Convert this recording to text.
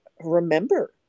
remember